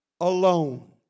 alone